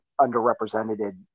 underrepresented